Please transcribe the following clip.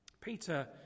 Peter